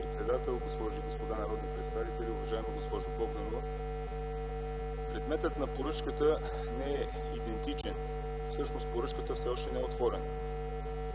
Предметът на поръчката не е идентичен, всъщност поръчката все още не е отворена.